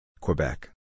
Quebec